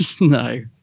No